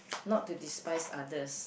not to despise others